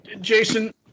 Jason